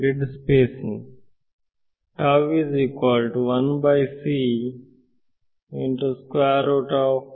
grid spacing